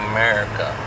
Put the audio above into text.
America